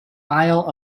isle